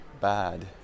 bad